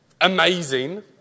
Amazing